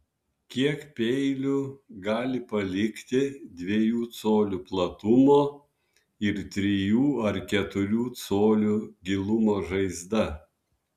kiek peilių gali palikti dviejų colių platumo ir trijų ar keturių colių gilumo žaizdą